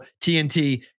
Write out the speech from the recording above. TNT